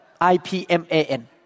I-P-M-A-N